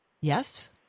Yes